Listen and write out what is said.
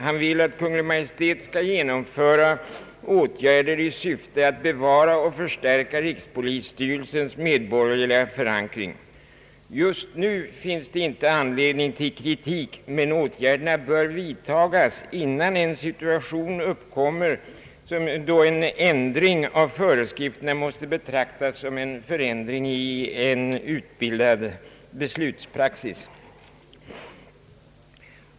Han vill att Kungl. Maj:t skall vidta åtgärder i syfte att bevara och förstärka rikspolisstyrelsens medborgerliga förankring. Just nu finns det inte anledning till kritik, men åtgärderna bör enligt herr Bergmans uppfattning vidtagas innan en situation uppkommer, där en ändring av föreskrifterna måste betraktas som en förändring i en utbildad beslutspraxis.